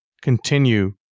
continue